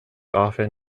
often